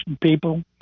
people